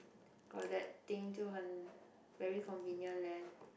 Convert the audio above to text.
got that thing jiu hen very convenient leh